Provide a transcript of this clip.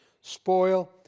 spoil